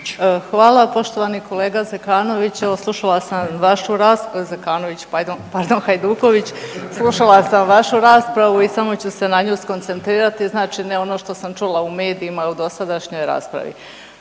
pardon Hajduković, slušala sam vašu raspravu i samo ću se na nju skoncentrirati znači ne ono što sam čula u medijima i u dosadašnjoj raspravi.